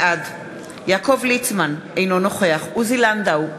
בעד יעקב ליצמן, אינו נוכח עוזי לנדאו,